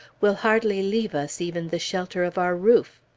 will hardly leave us even the shelter of our roof.